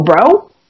bro